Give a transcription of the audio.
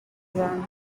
ground